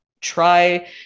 try